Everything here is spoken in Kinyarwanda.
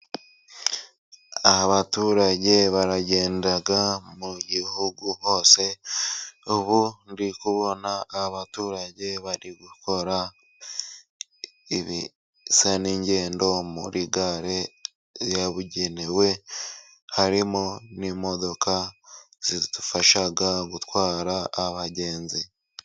Abaturage baragenda mu gihugu hose .Ubu ndi kubona abaturage bari gukora ibisa n'ingendo muri gare yabugenewe ,harimo n'imodoka zidufashaga gutwara abagenzi.